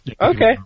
Okay